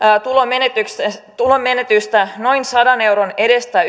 opiskelijan kohdalla tulonmenetystä noin sadan euron edestä